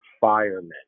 firemen